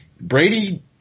Brady